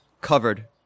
covered